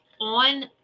on